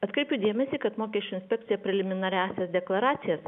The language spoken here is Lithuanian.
atkreipiu dėmesį kad mokesčių inspekcija preliminariąsias deklaracijas